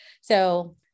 So-